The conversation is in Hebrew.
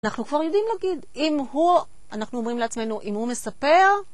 אנחנו כבר יודעים להגיד אם הוא, אנחנו אומרים לעצמנו, אם הוא מספר.